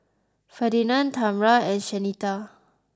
Ferdinand Tamra and Shanita